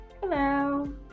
hello